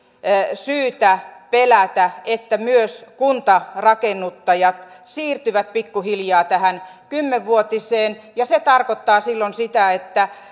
syytä pelätä että myös kuntarakennuttajat siirtyvät pikkuhiljaa tähän kymmenvuotiseen ja se tarkoittaa silloin sitä että